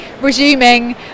resuming